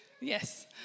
Yes